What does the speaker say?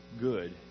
good